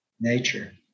nature